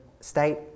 state